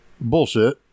bullshit